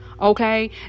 Okay